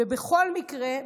ובכל מקרה,